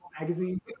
magazine